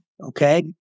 Okay